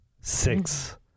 six